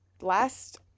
last